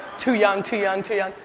too young, too young, too young.